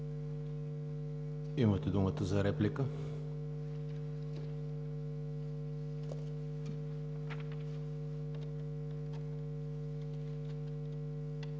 имате думата за реплика.